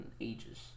ages